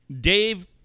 Dave